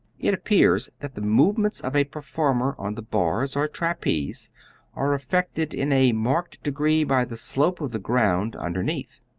it appears that the movements of a performer on the bars or trapeze are affected in a marked degree by the slope of the ground underneath.